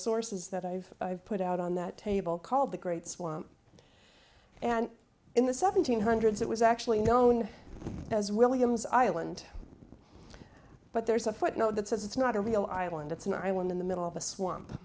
sources that i've put out on that table called the great swamp and in the seventeenth hundreds it was actually known as williams island but there's a footnote that says it's not a real island it's an island in the middle of a swamp